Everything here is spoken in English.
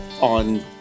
on